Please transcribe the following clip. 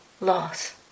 loss